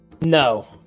No